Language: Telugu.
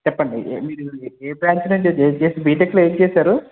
చెప్పండి ఏ మీరు ఏ బ్రాంచ్లో అండి బీటెక్లో ఏమి చేశారు